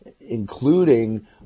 including